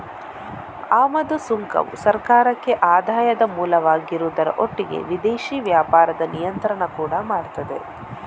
ಆಮದು ಸುಂಕವು ಸರ್ಕಾರಕ್ಕೆ ಆದಾಯದ ಮೂಲವಾಗಿರುವುದರ ಒಟ್ಟಿಗೆ ವಿದೇಶಿ ವ್ಯಾಪಾರದ ನಿಯಂತ್ರಣ ಕೂಡಾ ಮಾಡ್ತದೆ